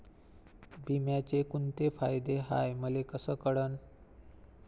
बिम्याचे कुंते फायदे हाय मले कस कळन?